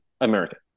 American